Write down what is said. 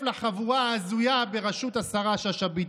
לחבורה ההזויה בראשות השרה שאשא ביטון,